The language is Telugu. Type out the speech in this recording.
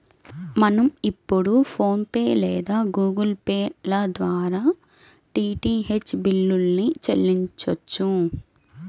మనం ఇప్పుడు ఫోన్ పే లేదా గుగుల్ పే ల ద్వారా కూడా డీటీహెచ్ బిల్లుల్ని చెల్లించొచ్చు